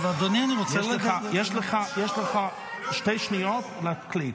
יש לך שתי שניות להחליט.